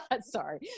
sorry